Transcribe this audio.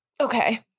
Okay